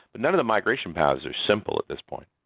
but none of the migration paths are simple at this point.